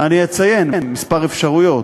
אני אציין כמה אפשרויות: